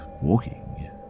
walking